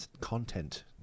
content